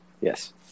Yes